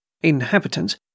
inhabitants